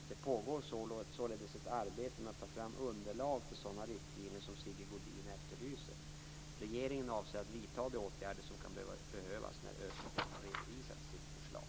Det pågår således ett arbete med att ta fram underlag för sådana riktlinjer som Sigge Godin efterlyser. Regeringen avser att vidta de åtgärder som kan behövas när ÖCB har redovisat sitt förslag.